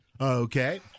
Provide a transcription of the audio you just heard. okay